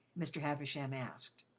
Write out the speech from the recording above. mr. havisham asked.